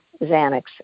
Xanax